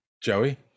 joey